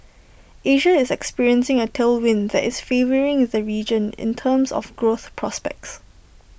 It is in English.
Asia is experiencing A tailwind that is favouring the region in terms of growth prospects